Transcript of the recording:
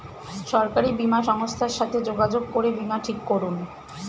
সরকারি বীমা সংস্থার সাথে যোগাযোগ করে বীমা ঠিক করুন